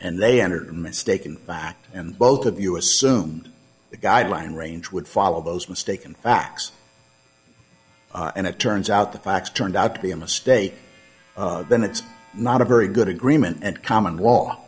and they entered mistake in fact and both of us assume the guideline range would follow those mistaken facts and it turns out the facts turned out to be a mistake then it's not a very good agreement and common law